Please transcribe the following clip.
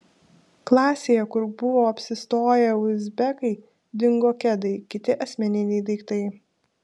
klasėje kur buvo apsistoję uzbekai dingo kedai kiti asmeniniai daiktai